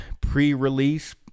pre-release